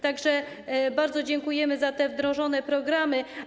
Tak że bardzo dziękujemy za te wdrożone programy.